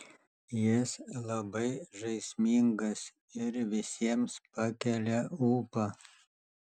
jis labai žaismingas ir visiems pakelia ūpą